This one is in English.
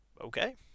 Okay